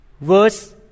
verse